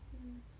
mm